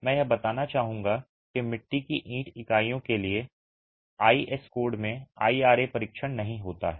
मैं यह बताना चाहूंगा कि मिट्टी की ईंट इकाइयों के लिए आईएस कोड में IRA परीक्षण नहीं होता है